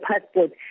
passport